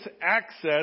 access